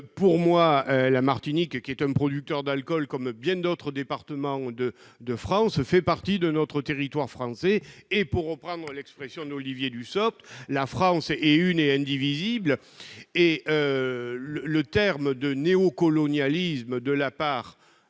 Pour moi, la Martinique, qui est un producteur d'alcool comme bien d'autres départements de France, fait partie du territoire français et, pour reprendre l'expression d'Olivier Dussopt, la France est une et indivisible. Le terme de « néocolonialisme » au